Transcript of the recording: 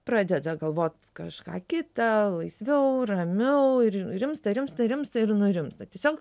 pradeda galvot kažką kita laisviau ramiau ir rimsta rimsta rimsta ir nurimsta tiesiog